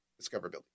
discoverability